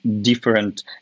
different